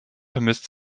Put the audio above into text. vermisst